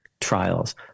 trials